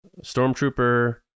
Stormtrooper